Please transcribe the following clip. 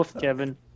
Kevin